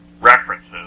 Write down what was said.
references